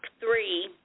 three